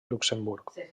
luxemburg